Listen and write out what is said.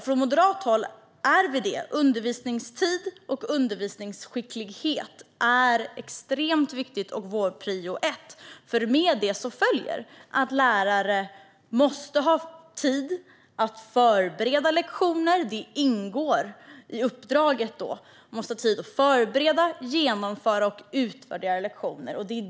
Från moderat håll har vi det: Undervisningstid och undervisningsskicklighet är extremt viktigt och vår prio ett, för med detta följer att lärare måste ha tid att förbereda lektioner. Det ingår i uppdraget: Man måste ha tid att förbereda, genomföra och utvärdera lektioner.